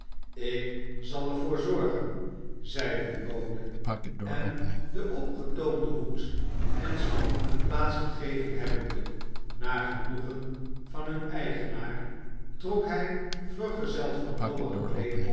ik zal er voor zorgen zeide de bode en den opgetoomden hoed en stok hun plaats gegeven hebbende naar genoegen van hun eigenaar trok hij vergezeld van noach